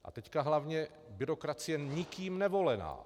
A teď hlavně byrokracie nikým nevolená.